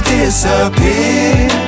disappear